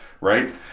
Right